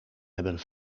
hebben